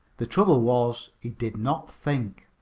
the trouble was he did not think.